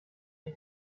une